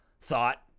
thought